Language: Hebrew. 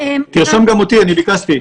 תרשום גם אותי, ביקשתי.